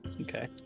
Okay